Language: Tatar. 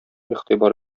игътибар